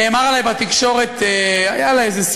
אתה בעד או נגד?